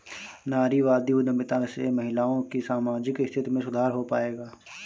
नारीवादी उद्यमिता से महिलाओं की सामाजिक स्थिति में सुधार हो पाएगा?